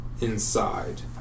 inside